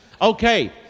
okay